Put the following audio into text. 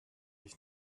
ich